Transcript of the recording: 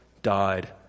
died